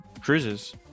cruises